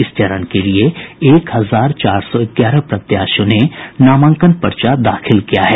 इस चरण के लिए एक हजार चार सौ ग्यारह प्रत्याशियों ने नामांकन पर्चा दाखिल किया है